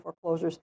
foreclosures